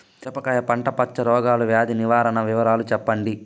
మిరపకాయ పంట మచ్చ రోగాల వ్యాధి నివారణ వివరాలు చెప్పండి?